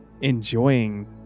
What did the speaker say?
enjoying